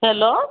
hello